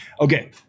okay